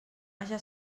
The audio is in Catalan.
haja